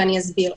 ואסביר.